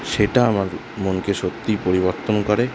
সেটা আমার মনকে সত্যি পরিবর্তন করে